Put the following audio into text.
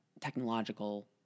technological